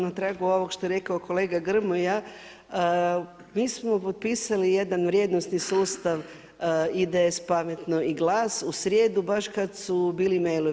Na tragu ovog što je rekao kolega Grmoja, mi smo potpisali jedan vrijednosni sustav IDS, Pametno i GLAS u srijedu baš kad su bili mailovi.